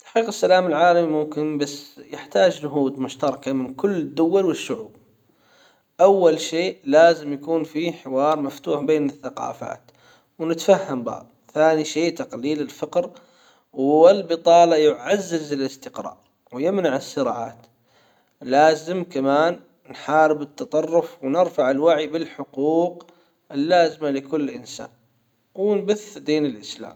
تحقيق السلام العالمي ممكن بس يحتاج جهود مشتركة من كل الدول والشعوب اول شيء لازم يكون في حوار مفتوح بين الثقافات ونتفهم بعض ثاني شيء تقليل الفقر والبطالة يعزز الاستقرار ويمنع الصراعات لازم كمان نحارب التطرف ونرفع الوعي بالحقوق اللازمة لكل انسان ونبث دين الاسلام.